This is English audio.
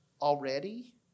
already